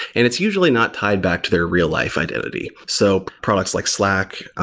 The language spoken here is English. and it's usually not tied back to their real-life identity. so products like slack,